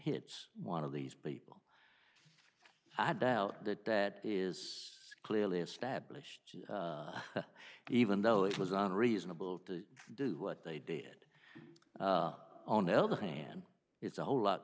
hits one of these people i doubt that that is clearly established even though it was unreasonable to do what they did on the other hand it's a whole lot